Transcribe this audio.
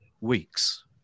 weeks